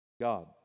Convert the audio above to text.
God